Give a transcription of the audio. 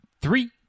three